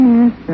Yes